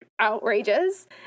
outrageous